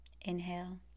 Inhale